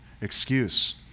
excuse